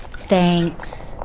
thanks.